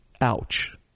ouch